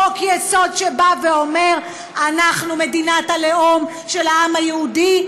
חוק-יסוד שאומר: אנחנו מדינת הלאום של העם היהודי,